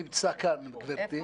אני נמצא כאן, גברתי.